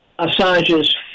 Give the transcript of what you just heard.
Assange's